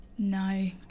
No